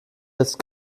jetzt